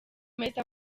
messi